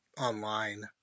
online